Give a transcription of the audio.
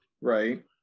right